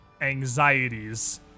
anxieties